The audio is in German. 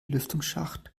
lüftungsschacht